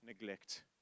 neglect